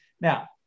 Now